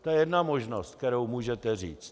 To je jedna možnost, kterou můžete říct.